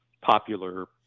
popular